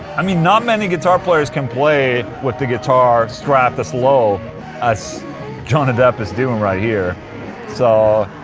i mean, not many guitar players can play with the guitar strapped as low as johnny depp is doing right here so.